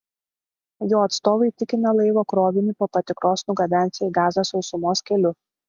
jo atstovai tikina laivo krovinį po patikros nugabensią į gazą sausumos keliu